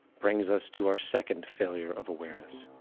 brings us to our second failure of awareness.